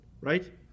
right